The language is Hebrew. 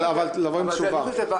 אבל לבוא עם תשובה.